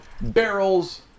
barrels